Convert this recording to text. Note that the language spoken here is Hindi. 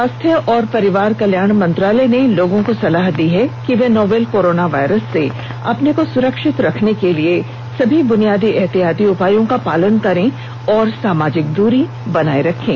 स्वास्थ्य और परिवार कल्याण मंत्रालय ने लोगों को सलाह दी है कि वे नोवल कोरोना वायरस से अपने को सुरक्षित रखने के लिए सभी बुनियादी एहतियाती उपायों का पालन करें और सामाजिक दूरी बनाए रखें